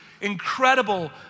incredible